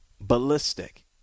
ballistic